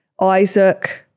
isaac